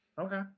Okay